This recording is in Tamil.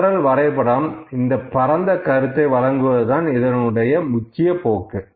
சிதறல் வரைபடம் இந்த பரந்த கருத்தை வழங்குவதுதான் இதனுடைய முக்கிய போக்கு